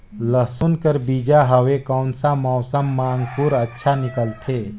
लसुन कर बीजा हवे कोन सा मौसम मां अंकुर अच्छा निकलथे?